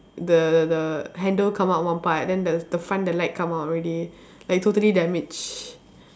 the the the handle come out one part then the the front the light come out already like totally damaged